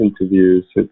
interviews